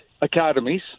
academies